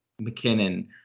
McKinnon